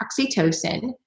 oxytocin